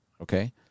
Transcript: okay